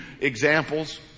examples